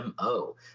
mo